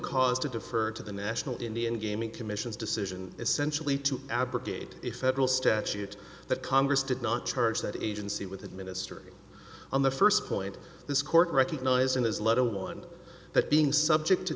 cause to defer to the national indian gaming commission's decision essentially to abrogate a federal statute that congress did not charge that agency with administering on the first point this court recognized in his letter one that being subject to